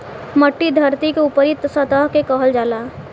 मट्टी धरती के ऊपरी सतह के कहल जाला